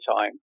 time